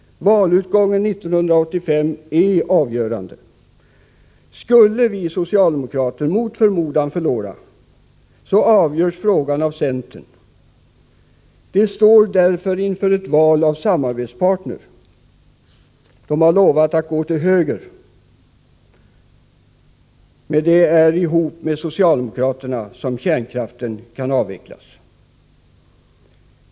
Valutgången 1985 är avgörande. Skulle vi socialdemokrater mot förmodan förlora, avgörs frågan av centern. Den står därför inför ett val av samarbetspartner. Den har lovat att gå till höger. Men det är ihop med socialdemokraterna som kärnkraften kan avvecklas.